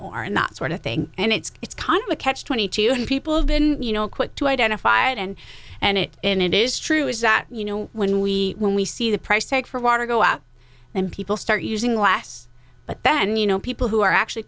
more and that sort of thing and it's it's kind of a catch twenty two and people have been you know quick to identify it and and it and it is true is that you know when we when we see the price tag for water go out and people start using last but then you know people who are actually